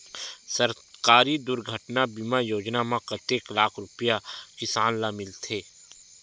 सहकारी दुर्घटना बीमा योजना म कतेक लाख रुपिया किसान ल मिलथे?